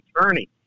attorney